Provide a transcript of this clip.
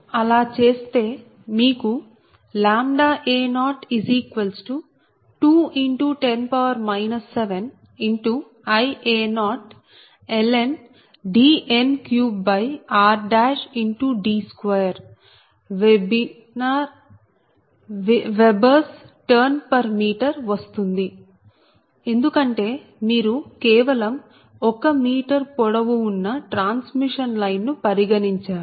అలా చేస్తే మీకు a02×10 7Ia0Dn3rD2 Wb Tm వస్తుంది ఎందుకంటే మీరు కేవలం 1m పొడవు ఉన్న ట్రాన్స్మిషన్ లైన్ ను పరిగణించారు